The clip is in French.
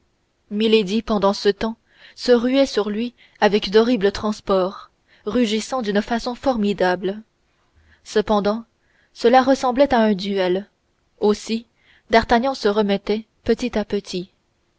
ketty milady pendant ce temps se ruait sur lui avec d'horribles transports rugissant d'une façon formidable cependant cela ressemblait à un duel aussi d'artagnan se remettait petit à petit